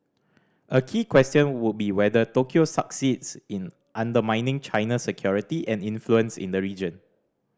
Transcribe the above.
a key question would be whether Tokyo succeeds in undermining China's security and influence in the region